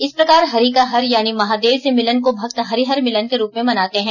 इस प्रकार हरि का हर यानी महादेव से मिलन को भक्त हरिहर मिलान के रूप में मनाते है